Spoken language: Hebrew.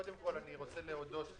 קודם כול, אני רוצה להודות לחבריי,